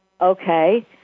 okay